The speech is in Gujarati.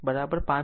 આમ આ 5